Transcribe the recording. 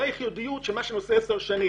זו הייחודיות של מה שאני עושה 10 שנים.